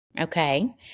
okay